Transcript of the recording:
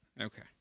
Okay